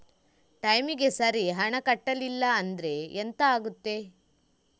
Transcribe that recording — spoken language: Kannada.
ಟೈಮಿಗೆ ಸರಿ ಹಣ ಕಟ್ಟಲಿಲ್ಲ ಅಂದ್ರೆ ಎಂಥ ಆಗುತ್ತೆ?